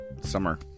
summer